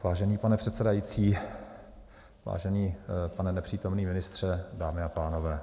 Vážený pane předsedající, vážený pane nepřítomný ministře, dámy a pánové.